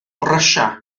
brysia